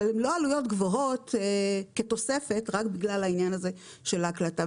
אבל הן לא עלויות גבוהות כתוספת רק בגלל העניין הזה של ההקלטה.